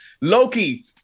Loki